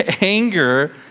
anger